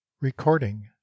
Recording